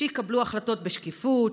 שיקבלו החלטות בשקיפות,